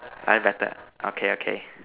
like that that okay okay